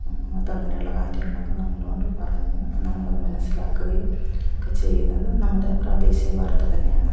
അതെങ്ങനെയുള്ള കാര്യങ്ങളൊക്കെ നമ്മളോടു പറഞ്ഞ് നമ്മളത് മനസ്സിലാക്കുകയും ഒക്കെ ചെയ്യുന്നത് നമ്മുടെ പ്രാദേശിക വാർത്ത തന്നെയാണ്